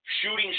shooting